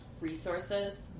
resources